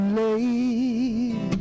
late